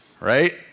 right